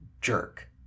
jerk